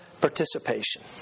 participation